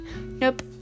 Nope